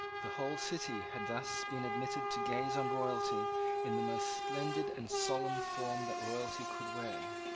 the whole city had thus been admitted to gaze on royalty in the most splendid and solemn form that royalty could wear.